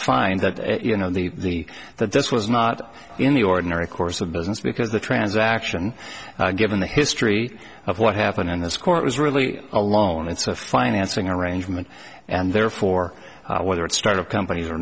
find that you know the that this was not in the ordinary course of business because the transaction given the history of what happened in this court was really a loan it's a financing arrangement and therefore whether it's start up companies are